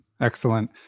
Excellent